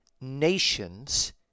nations